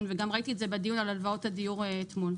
וגם ראיתי את זה על הדיון על הלוואות לדיור אתמול.